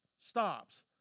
stops